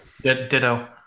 Ditto